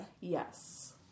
Yes